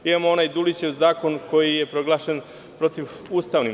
Imamo onaj Dulićev zakon koji je proglašen protivustavnim.